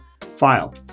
File